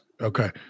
Okay